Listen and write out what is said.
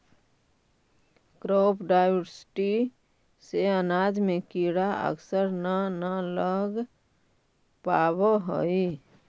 crop diversity से अनाज में कीड़ा अक्सर न न लग पावऽ हइ